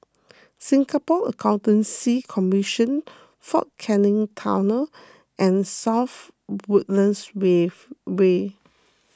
Singapore Accountancy Commission fort Canning Tunnel and South Woodlands weave Way